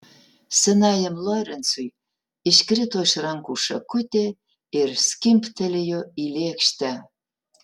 senajam lorencui iškrito iš rankų šakutė ir skimbtelėjo į lėkštę